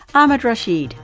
ahmed rashid,